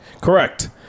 Correct